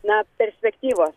na perspektyvos